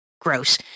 gross